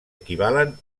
equivalen